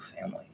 family